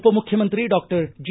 ಉಪಮುಖ್ಯಮಂತ್ರಿ doctor G